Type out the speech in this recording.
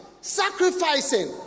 sacrificing